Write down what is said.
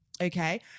Okay